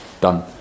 done